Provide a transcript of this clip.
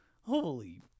holy